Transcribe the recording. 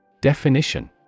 Definition